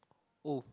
oh